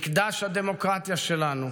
מקדש הדמוקרטיה שלנו,